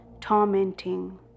tormenting